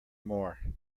more